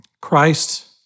Christ